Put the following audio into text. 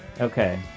Okay